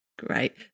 Great